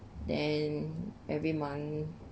then every month